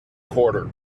quarter